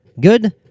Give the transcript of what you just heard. Good